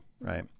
right